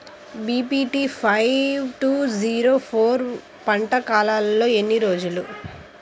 BPT five two zero four పంట కాలంలో ఎన్ని రోజులు?